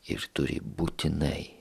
ir turi būtinai